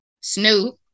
Snoop